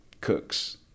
cooks